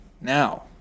now